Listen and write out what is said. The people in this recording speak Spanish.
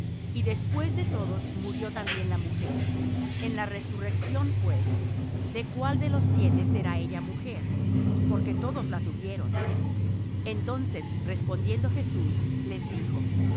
y después de todos murió también la mujer en la resurrección pues de cuál de los siete será ella mujer porque todos la tuvieron entonces respondiendo jesús les dijo